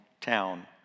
town